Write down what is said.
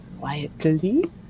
quietly